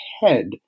head